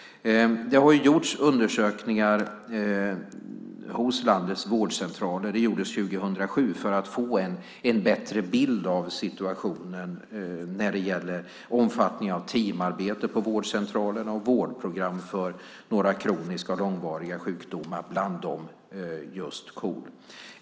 Det har gjorts undersökningar hos landets vårdcentraler - dessa gjordes 2007 - för att få en bättre bild av situationen när det gäller omfattningen av teamarbete på vårdcentralerna och vårdprogram för några kroniska och långvariga sjukdomar, bland annat just KOL.